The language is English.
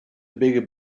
bigger